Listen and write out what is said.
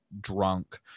drunk